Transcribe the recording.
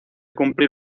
cumplir